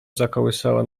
zakołysała